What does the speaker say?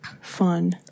fun